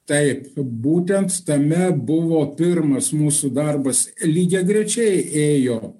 taip būtent tame buvo pirmas mūsų darbas lygiagrečiai ėjo